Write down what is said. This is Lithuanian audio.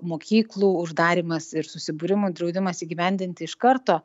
mokyklų uždarymas ir susibūrimų draudimas įgyvendinti iš karto